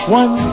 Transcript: one